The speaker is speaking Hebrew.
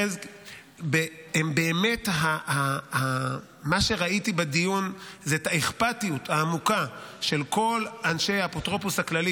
מה שראיתי בדיון זה את האכפתיות העמוקה של כל אנשי האפוטרופוס הכללי,